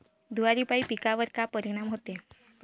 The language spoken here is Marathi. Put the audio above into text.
धुवारापाई पिकावर का परीनाम होते?